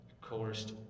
coerced